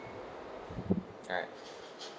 alright